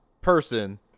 person